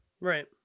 Right